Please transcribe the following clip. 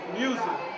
music